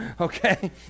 okay